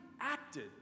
acted